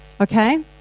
Okay